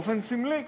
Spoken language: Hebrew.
באופן סמלי כמובן,